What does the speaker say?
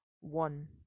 one